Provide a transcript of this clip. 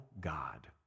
God